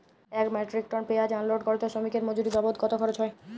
এক metric ton পেঁয়াজ unload করতে শ্রমিকের মজুরি বাবদ কত খরচ হয়?